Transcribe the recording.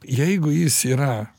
jeigu jis yra